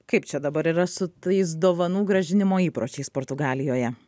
kaip čia dabar yra su tais dovanų grąžinimo įpročiais portugalijoje